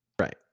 Right